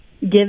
give